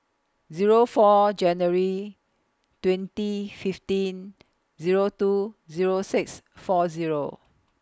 Zero four January twenty fifteen Zero two Zero six four Zero